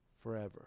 forever